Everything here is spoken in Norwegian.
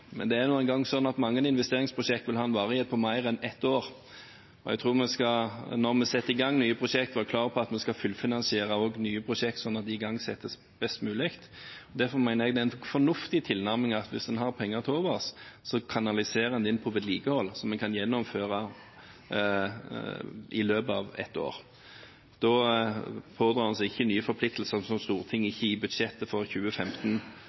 men det er jo en gang sånn at mange investeringsprosjekt vil ha en varighet på mer enn ett år. Og når vi setter i gang nye prosjekter, skal vi være klare på at vi skal fullfinansiere også nye prosjekter, sånn at de igangsettes best mulig. Derfor mener jeg det er en fornuftig tilnærming at hvis en har penger til overs, kanaliseres de inn på vedlikehold som en kan gjennomføre i løpet av ett år. Da pådrar en seg ikke nye forpliktelser som Stortinget ikke i budsjettet for 2015